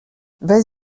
vas